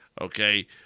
okay